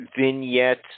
vignette